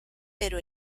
pero